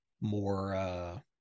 more